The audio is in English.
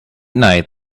night